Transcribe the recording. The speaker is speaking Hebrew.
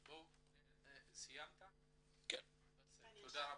תודה רבה.